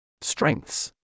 Strengths